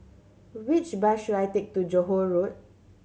which bus should I take to Johore Road